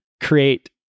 create